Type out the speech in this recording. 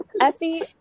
Effie